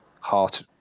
heart